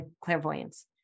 Clairvoyance